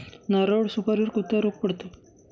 नारळ व सुपारीवर कोणता रोग पडतो?